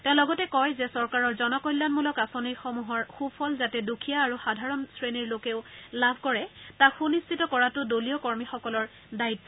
তেওঁ লগতে কয় যে চৰকাৰৰ জনকল্যাণ মূলক আঁচনিসমূহৰ সুফল যাতে দুখীয়া আৰু সাধাৰণ শ্ৰেণীৰ লোকেও লাভ কৰে তাক সুনিশ্চিত কৰাটো দলীয় কৰ্মীসকলৰ দায়িত্ব